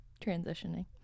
transitioning